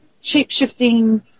shape-shifting